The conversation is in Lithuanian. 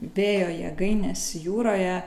vėjo jėgainės jūroje